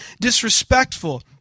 disrespectful